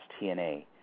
TNA